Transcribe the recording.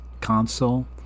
console